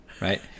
right